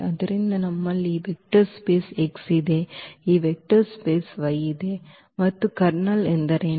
ಆದ್ದರಿಂದ ನಮ್ಮಲ್ಲಿ ಈ ವೆಕ್ಟರ್ ಸ್ಪೇಸ್ X ಇದೆ ಈ ವೆಕ್ಟರ್ ಸ್ಪೇಸ್ Y ಇದೆ ಮತ್ತು ಕರ್ನಲ್ ಎಂದರೇನು